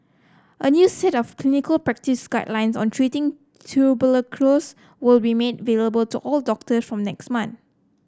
a new set of clinical practice guidelines on treating will be made available to all doctors from next month